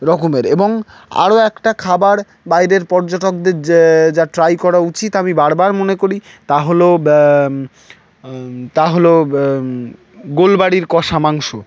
রকমের এবং আরও একটা খাবার বাইরের পর্যটকদের যে যা ট্রাই করা উচিত আমি বারবার মনে করি তা হলো তা হলো গোল বাড়ির কষা মাংস